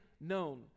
known